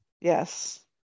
yes